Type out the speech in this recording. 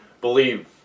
believe